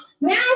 now